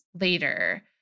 later